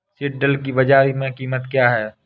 सिल्ड्राल की बाजार में कीमत क्या है?